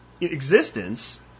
existence